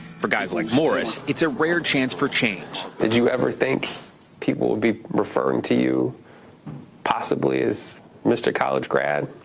for guys like morris, it's a rare chance for change. did you ever think people would be referring to you possibly as mr. college grad?